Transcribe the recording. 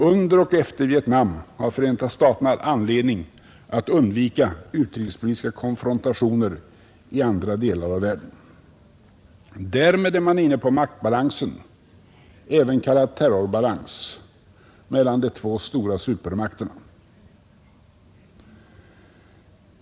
Under och efter Vietnam har Förenta staterna haft anledning att undvika utrikespolitiska konfrontationer i andra delar av världen, Därmed är man inne på maktbalansen — även kallad terrorbalans — mellan de två stora supermakterna.